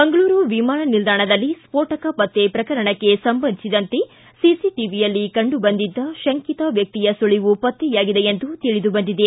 ಮಂಗಳೂರು ವಿಮಾನ ನಿಲ್ದಾಣದಲ್ಲಿ ಸ್ಪೋಟಕ ಪತ್ತೆ ಪ್ರಕರಣಕ್ಕೆ ಸಂಬಂಧಿಸಿದಂತೆ ಸಿಸಿಟಿವಿಯಲ್ಲಿ ಕಂಡುಬಂದಿದ್ದ ಶಂಕಿತ ವ್ಯಕ್ತಿಯ ಸುಳವು ಪತ್ತೆಯಾಗಿದೆ ಎಂದು ತಿಳಿದು ಬಂದಿದೆ